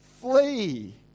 flee